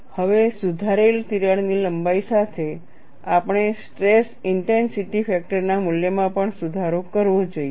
હવે સુધારેલ તિરાડની લંબાઈ સાથે આપણે સ્ટ્રેસ ઇન્ટેન્સિટી ફેક્ટરના મૂલ્યમાં પણ સુધારો કરવો જોઈએ